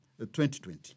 2020